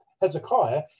Hezekiah